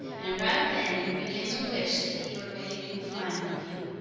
and right then he began to wish that he were big and fine-looking.